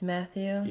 Matthew